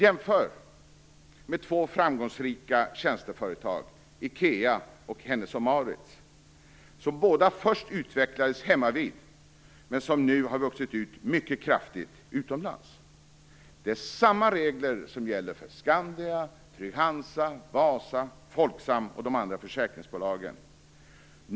Jämför med två framgångsrika tjänsteföretag: IKEA och Hennes & Mauritz! Båda utvecklades först hemmavid men har nu vuxit ut mycket kraftigt utomlands. Samma regler gäller för Skandia, Trygg-Hansa, Wasa, Folksam och de andra försäkringsbolagen.